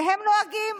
והם נוהגים.